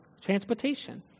transportation